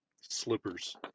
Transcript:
Slippers